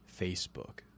Facebook